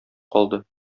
калды